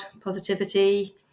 positivity